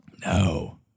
No